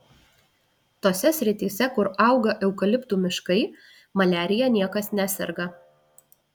tose srityse kur auga eukaliptų miškai maliarija niekas neserga